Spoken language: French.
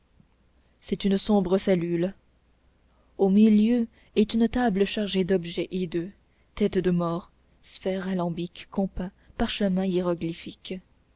c'est une sombre cellule au milieu est une table chargée d'objets hideux têtes de mort sphères alambics compas parchemins hiéroglyphiques